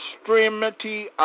extremity